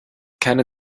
keine